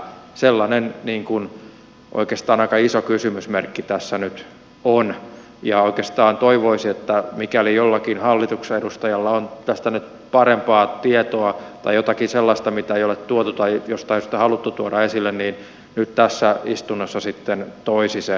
sellainen oikeastaan aika iso kysymysmerkki tässä nyt on ja oikeastaan toivoisi että mikäli jollakin hallituksen edustajalla on tästä nyt parempaa tietoa tai jotakin sellaista mitä ei ole tuotu tai jostain syystä haluttu tuoda esille niin nyt tässä istunnossa sitten toisi sen esille